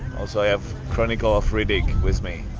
also i have chronicle of riddick with me